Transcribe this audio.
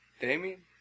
Damien